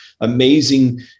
amazing